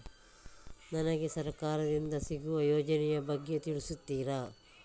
ನನಗೆ ಸರ್ಕಾರ ದಿಂದ ಸಿಗುವ ಯೋಜನೆ ಯ ಬಗ್ಗೆ ತಿಳಿಸುತ್ತೀರಾ?